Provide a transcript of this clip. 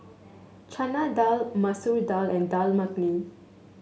Chana Dal Masoor Dal and Dal Makhani